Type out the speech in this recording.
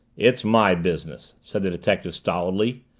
it's my business, said the detective stolidly.